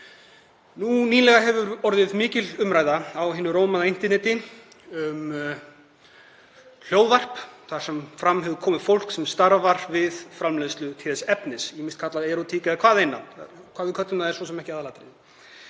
Nýlega hefur orðið mikil umræða á netinu um hlaðvarp þar sem fram hefur komið fólk sem starfar við framleiðslu téðs efnis, sem er ýmist kallað erótík eða hvaðeina, hvað við köllum það er svo sem ekki aðalatriðið.